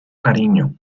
cariño